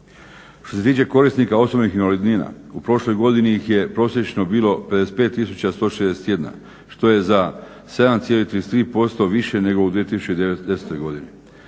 Što se tiče korisnika osobnih invalidnina u prošloj godini ih je prosječno bilo 55 tisuća 161 što je za 7,33% više nego u 2010. godini.